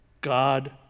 God